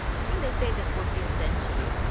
i think they say the fourteenth century.